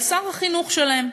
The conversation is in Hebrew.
על שר החינוך שלהם.